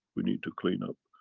we need to clean up.